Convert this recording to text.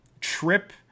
trip